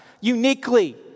uniquely